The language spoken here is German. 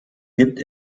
gibt